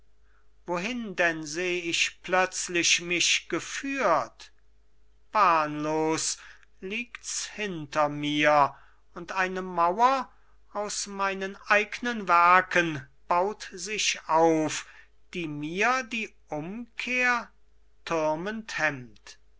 wohin denn seh ich plötzlich mich geführt bahnlos liegts hinter mir und eine mauer aus meinen eignen werten baut sich auf die mir die umkehr türmend